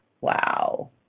Wow